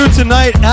tonight